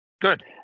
Good